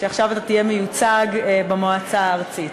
שעכשיו אתה תהיה מיוצג במועצה הארצית.